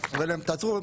אתה אומר להם תעצרו,